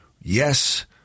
Yes